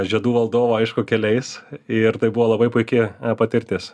žiedų valdovo aišku keliais ir tai buvo labai puiki patirtis